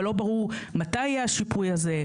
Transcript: אבל לא ברור מתי יהיה השיפוי הזה,